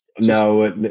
No